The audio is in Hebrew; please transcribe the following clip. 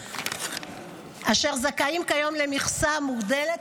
אשר זכאים כיום למכסה מוגדלת,